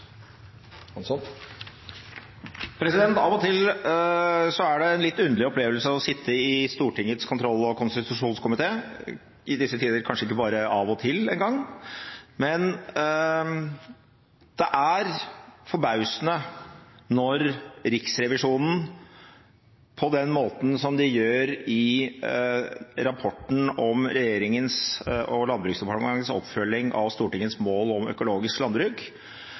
det en litt underlig opplevelse å sitte i Stortingets kontroll- og konstitusjonskomité – i disse tider kanskje ikke bare av og til, engang. Det er forbausende når Riksrevisjonen på den måten som den gjør i rapporten om regjeringens og Landbruksdepartementets oppfølging av Stortingets mål om økologisk landbruk,